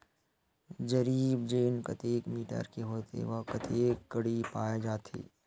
जरीब चेन कतेक मीटर के होथे व कतेक कडी पाए जाथे?